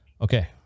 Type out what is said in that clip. okay